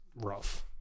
rough